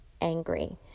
angry